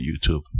YouTube